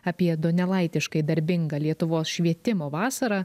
apie donelaitiškai darbingą lietuvos švietimo vasarą